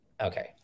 okay